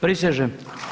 Prisežem.